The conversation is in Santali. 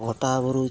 ᱜᱚᱴᱟ ᱵᱩᱨᱩ